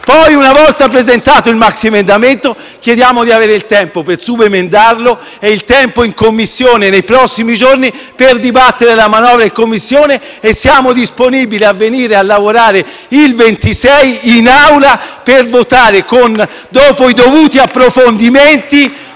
Poi, una volta presentato il maxiemendamento, chiediamo di avere il tempo per subemendarlo e il tempo, nei prossimi giorni, per dibattere la manovra in Commissione. Siamo disponibili a venire a lavorare il 26 per votare questa manovra in